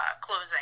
Closing